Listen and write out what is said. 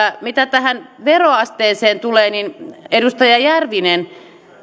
mitä tähän veroasteeseen tulee niin edustaja järvinen